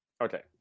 okay